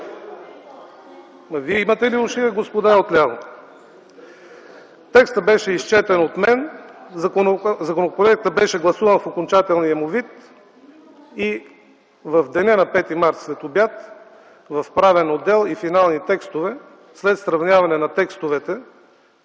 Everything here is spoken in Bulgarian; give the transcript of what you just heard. Вие имате ли уши, бе, господа отляво? Текстът беше изчетен от мен, законопроектът беше гласуван в окончателния му вид и в деня на 5 март след обяд в Правен отдел и „Финални текстове”, след сравняване на текстовете